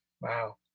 Wow